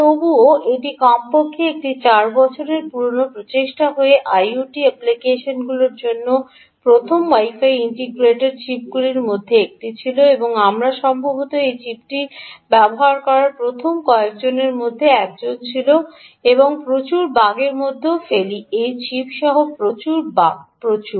তবুও এটি কমপক্ষে একটি চার বছরের পুরনো প্রচেষ্টা হয়ে আইওটি অ্যাপ্লিকেশনগুলির জন্য প্রথম ওয়াই ফাই ইন্টিগ্রেটেড চিপগুলির মধ্যে একটি ছিল এবং আমরা সম্ভবত এই চিপটি ব্যবহার করার প্রথম কয়েকজনের মধ্যে একজন ছিল এবং প্রচুর বাগের মধ্যেও ফেলি এই চিপ সহ প্রচুর বাগ প্রচুর